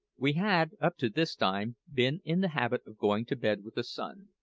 we had, up to this time, been in the habit of going to bed with the sun,